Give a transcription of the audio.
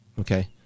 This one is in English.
Okay